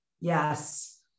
yes